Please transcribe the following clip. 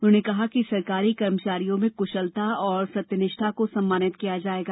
उन्होंने कहा कि सरकारी कर्मचारियों में कृशलता और सत्यनिष्ठा को सम्मानित किया जाएगा